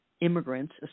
immigrants